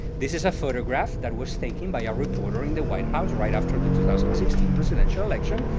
this is a photograph that was taken by a reporter in the white house right after the two thousand and sixteen presidential election.